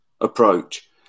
approach